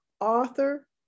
author